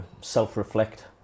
self-reflect